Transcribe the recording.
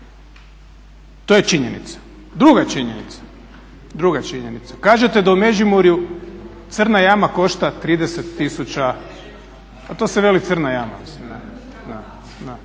To je činjenica. Druga činjenica. Kažete da u Međimurju crna jama košta 30 tisuća, … …/Upadica se